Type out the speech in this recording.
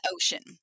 ocean